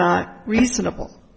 not reasonable